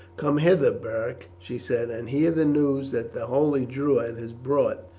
come hither, beric, she said, and hear the news that the holy druid has brought.